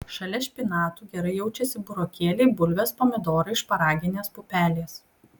šalia špinatų gerai jaučiasi burokėliai bulvės pomidorai šparaginės pupelės